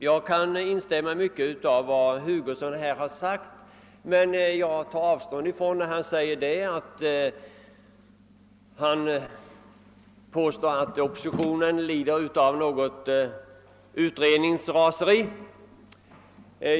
Jag kan instämma i mycket i vad herr Hugosson här har sagt, men jag tar avstånd ifrån hans påstående, att oppositionen lider av något utredningsraseri.